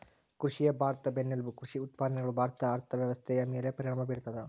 ಕೃಷಿಯೇ ಭಾರತದ ಬೆನ್ನೆಲುಬು ಕೃಷಿ ಉತ್ಪಾದನೆಗಳು ಭಾರತದ ಅರ್ಥವ್ಯವಸ್ಥೆಯ ಮೇಲೆ ಪರಿಣಾಮ ಬೀರ್ತದ